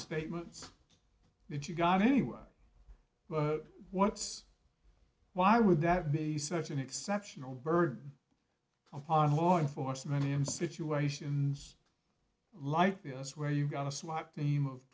statements that you got anywhere but what's why would that be such an exceptional bird upon law enforcement in situations like this where you've got a swat team of